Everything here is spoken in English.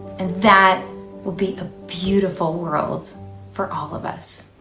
and that will be a beautiful world for all of us.